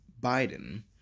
Biden